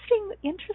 interesting